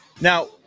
now